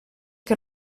que